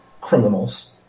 criminals